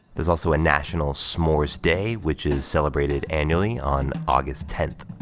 there's also a national s'mores day, which is celebrated annually on august tenth.